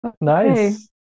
Nice